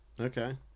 Okay